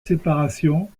séparation